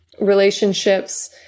relationships